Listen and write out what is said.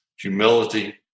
humility